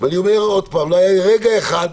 אני אומר שוב שלא היה רגע אחד,